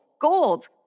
gold